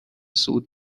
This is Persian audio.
صعود